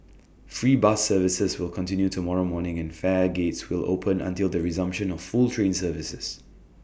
free bus services will continue tomorrow morning and fare gates will open until the resumption of full train services